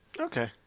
Okay